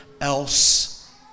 else